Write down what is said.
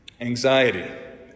Anxiety